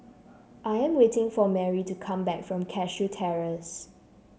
I am waiting for Marry to come back from Cashew Terrace